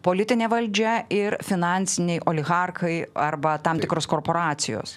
politinė valdžia ir finansiniai oligarchai arba tam tikros korporacijos